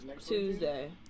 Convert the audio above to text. Tuesday